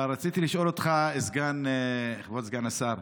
אבל רציתי לשאול אותך, כבוד סגן השר: